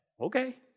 Okay